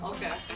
Okay